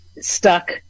stuck